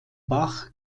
bach